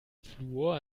fluor